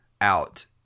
out